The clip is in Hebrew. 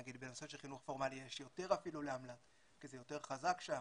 נגיד בנושא של חינוך פורמלי יש יותר אפילו לאמל"ט כי זה יותר חזק שם,